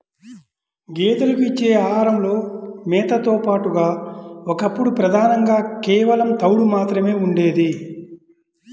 గేదెలకు ఇచ్చే ఆహారంలో మేతతో పాటుగా ఒకప్పుడు ప్రధానంగా కేవలం తవుడు మాత్రమే ఉండేది